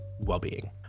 well-being